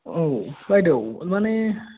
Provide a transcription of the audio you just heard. औ बायदेव माने